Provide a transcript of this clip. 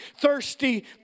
thirsty